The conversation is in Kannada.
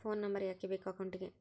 ಫೋನ್ ನಂಬರ್ ಯಾಕೆ ಬೇಕು ಅಕೌಂಟಿಗೆ?